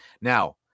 Now